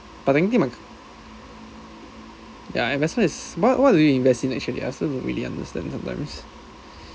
but I'm thinking like ya invest so it's what what do you invest in actually I also don't really understand sometimes